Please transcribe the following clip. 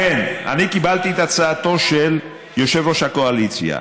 לכן אני קיבלתי את הצעתו של יושב-ראש הקואליציה,